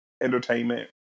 entertainment